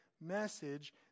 message